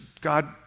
God